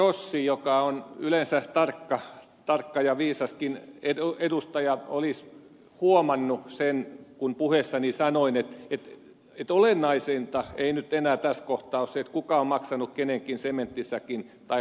rossi joka on yleensä tarkka ja viisaskin edustaja olisi huomannut sen kun puheessani sanoin että olennaisinta ei nyt enää tässä kohtaa ole se kuka on maksanut kenenkin sementtisäkin tai lautapinon